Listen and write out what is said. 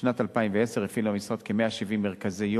בשנת 2010 הפעיל המשרד 170 מרכזי-יום,